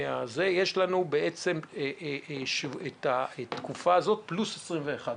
יש לנו את התקופה הזאת פלוס 21 יום.